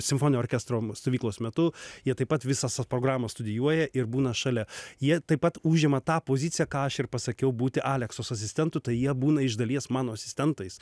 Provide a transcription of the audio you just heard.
simfoninio orkestro stovyklos metu jie taip pat visas tas programas studijuoja ir būna šalia jie taip pat užima tą poziciją ką aš ir pasakiau būti aleksos asistentu tai jie būna iš dalies mano asistentais